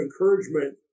encouragement